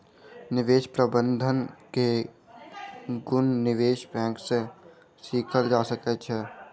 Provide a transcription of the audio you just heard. निवेश प्रबंधन के गुण निवेश बैंक सॅ सीखल जा सकै छै